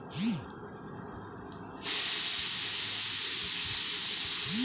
অ্যাগ্রোইকোলজিতে কৃষিকাজের সঙ্গে ইকোলজি বা বাস্তুবিদ্যার সম্পর্ক অধ্যয়ন করা হয়